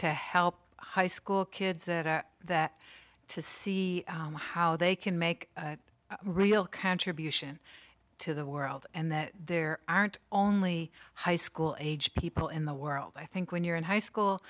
to help high school kids that are that to see how they can make a real contribution to the world and that there aren't only high school age people in the world i think when you're in high school